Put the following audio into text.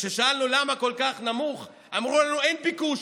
כששאלנו למה כל כך נמוך, אמרו לנו: אין ביקוש.